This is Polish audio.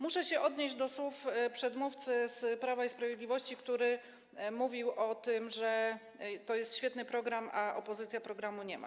Muszę odnieść się do słów przedmówcy z Prawa i Sprawiedliwości, który mówił o tym, że to jest świetny program, a opozycja programu nie ma.